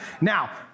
Now